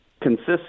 consists